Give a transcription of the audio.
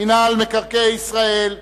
מינהל מקרקעי ישראל (תיקון,